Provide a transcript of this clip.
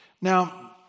Now